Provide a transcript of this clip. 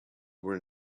were